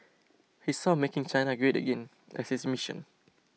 he saw making China great again as his mission